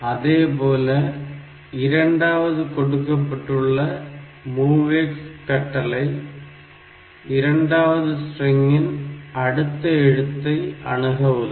அதேபோல இரண்டாவது கொடுக்கப்பட்டுள்ள MOVX கட்டளை இரண்டாவது ஸ்ட்ரிங்கின் அடுத்த எழுத்தை அணுக உதவும்